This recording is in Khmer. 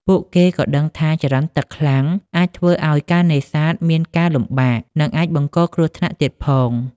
ពួកគេក៏ដឹងថា ចរន្តទឹកខ្លាំងអាចធ្វើឱ្យការនេសាទមានការលំបាក និងអាចបង្កគ្រោះថ្នាក់ទៀតផង។